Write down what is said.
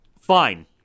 Fine